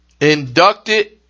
inducted